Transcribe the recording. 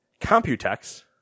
Computex